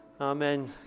Amen